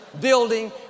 building